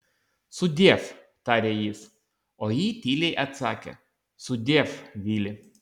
sudiev tarė jis o ji tyliai atsakė sudiev vili